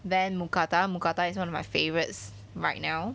then mookata mookata is one of my favourites right now